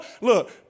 look